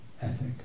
ethic